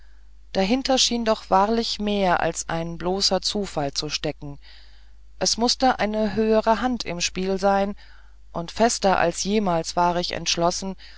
dahinter schien doch wahrlich mehr als ein bloßer zufall zu stecken es mußte eine höhere hand im spiele sein und fester als jemals war ich entschlossen